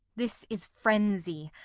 this is frenzy.